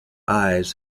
eyes